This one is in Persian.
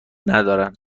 ندارن